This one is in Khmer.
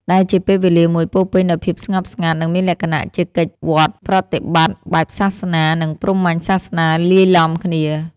ដែលជាពេលវេលាមួយពោរពេញដោយភាពស្ងប់ស្ងាត់ និងមានលក្ខណៈជាកិច្ចវត្តប្រតិបត្តិបែបសាសនា និងព្រហ្មញ្ញសាសនាលាយឡំគ្នា។